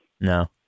No